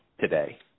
today